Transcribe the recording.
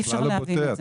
אי אפשר להבין את זה.